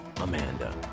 Amanda